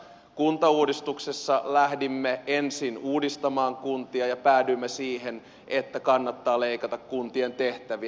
kuntauudistuksessa lähdimme ensin uudistamaan kuntia ja päädyimme siihen että kannattaa leikata kuntien tehtäviä